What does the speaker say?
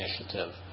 initiative